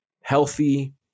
healthy